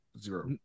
zero